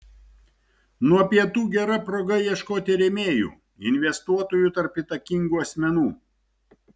nuo pietų gera proga ieškoti rėmėjų investuotojų tarp įtakingų asmenų